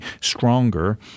stronger